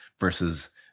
versus